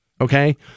okay